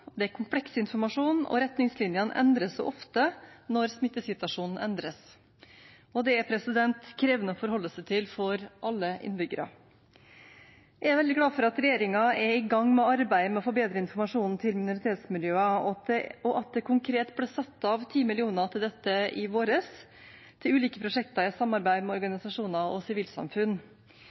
det er kompleks informasjon, og retningslinjene endres ofte når smittesituasjonen endres. Det er krevende å forholde seg til for alle innbyggere. Jeg er veldig glad for at regjeringen er i gang med arbeidet med å forbedre informasjonen til minoritetsmiljøene, og at det konkret ble satt av 10 mill. kr til dette i våres til ulike prosjekter i samarbeid med organisasjoner og